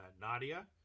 Nadia